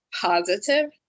positive